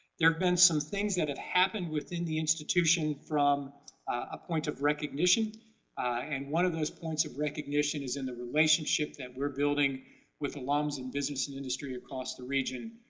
there have been some things that have happened within the institution from a point of recognition and one of those points of recognition is in the relationship that we're building with alums and business, and industry across the region.